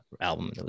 album